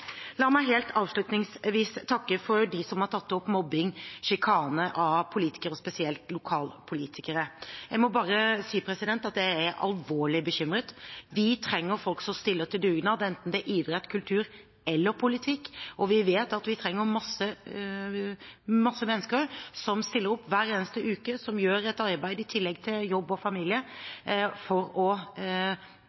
La meg helt avslutningsvis takke dem som har tatt opp mobbing og sjikane av politikere, og spesielt lokalpolitikere. Jeg må bare si at jeg er alvorlig bekymret. Vi trenger folk som stiller på dugnad, enten det er snakk om idrett, kultur eller politikk. Vi vet at vi trenger mange mennesker som stiller opp hver eneste uke, som gjør et arbeid i tillegg til jobb og familie,